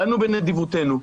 באנו בנדיבותנו,